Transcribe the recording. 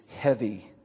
heavy